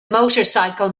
motorcycle